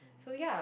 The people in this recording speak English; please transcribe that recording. so ya